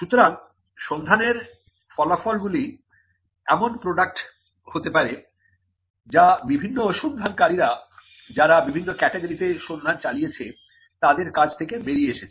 সুতরাং সন্ধানের ফলাফলগুলি এমন প্রডাক্ট হতে পারে যা বিভিন্ন সন্ধানকারীরা যারা বিভিন্ন ক্যাটাগরিতে সন্ধান চালিয়েছে তাদের কাজ থেকে বেরিয়ে এসেছে